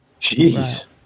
Jeez